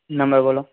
number બોલો